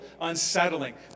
unsettling